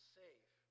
safe